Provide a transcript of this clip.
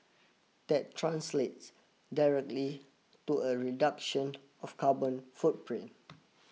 that translates directly to a reduction of carbon footprint